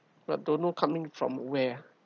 but don't know coming from where ah